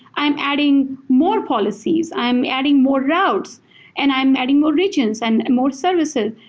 i'm adding more policies. i'm adding more routes and i'm adding more regions and more services.